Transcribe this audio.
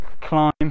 climb